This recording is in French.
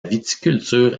viticulture